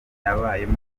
yabayemo